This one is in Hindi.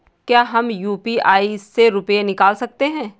क्या हम यू.पी.आई से रुपये निकाल सकते हैं?